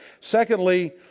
Secondly